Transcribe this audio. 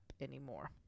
anymore